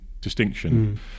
distinction